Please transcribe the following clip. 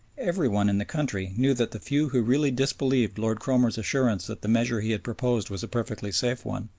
every one in the country knew that the few who really disbelieved lord cromer's assurance that the measure he had proposed was a perfectly safe one,